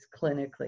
clinically